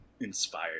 inspired